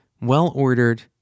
well-ordered